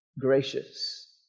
gracious